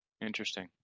Interesting